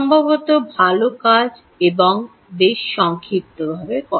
সম্ভবত ভাল কাজ এবং বেশ সংক্ষিপ্তভাবে করা